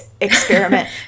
experiment